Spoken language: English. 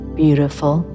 beautiful